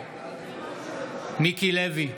נגד מיקי לוי,